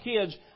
kids